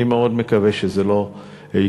אני מאוד מקווה שזה לא יקרה.